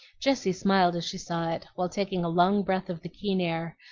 jessie smiled as she saw it, while taking a long breath of the keen air,